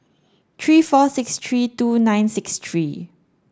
three four six three two nine six three